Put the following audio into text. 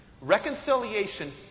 reconciliation